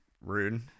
rude